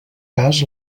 cas